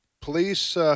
police –